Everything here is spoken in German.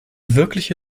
wirkliche